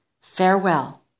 farewell